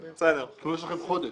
יש לכם חודש.